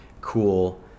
cool